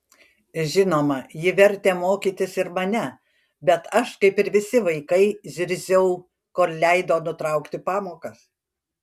žinoma ji vertė mokytis ir mane bet aš kaip ir visi vaikai zirziau kol leido nutraukti pamokas